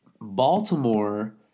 Baltimore